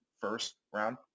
first-round